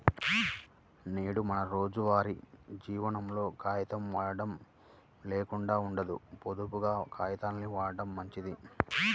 నేడు మన రోజువారీ జీవనంలో కాగితం వాడకం లేకుండా ఉండదు, పొదుపుగా కాగితాల్ని వాడటం మంచిది